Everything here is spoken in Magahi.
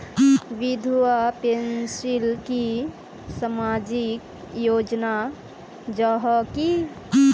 विधवा पेंशन की सामाजिक योजना जाहा की?